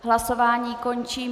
Hlasování končím.